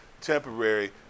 temporary